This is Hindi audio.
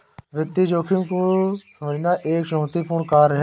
वित्तीय जोखिम को समझना एक चुनौतीपूर्ण कार्य है